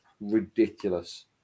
ridiculous